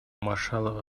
маршалловы